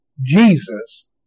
Jesus